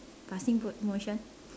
passing po~ motion